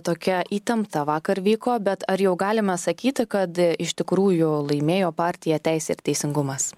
tokia įtempta vakar vyko bet ar jau galima sakyti kad iš tikrųjų laimėjo partija teisė ir teisingumas